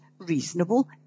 reasonable